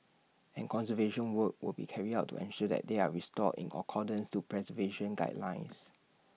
and conservation work will be carried out to ensure that they are restored in accordance to preservation guidelines